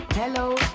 Hello